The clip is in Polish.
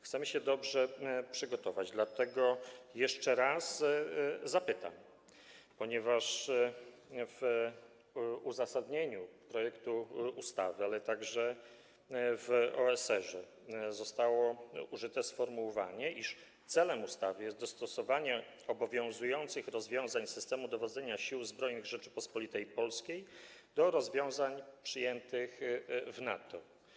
Chcemy się dobrze przygotować, dlatego jeszcze raz o to zapytam, ponieważ w uzasadnieniu projektu ustawy, ale także w OSR zostało użyte sformułowanie, iż celem ustawy jest dostosowanie obowiązujących rozwiązań systemu dowodzenia Siłami Zbrojnymi Rzeczypospolitej Polskiej do rozwiązań przyjętych w NATO.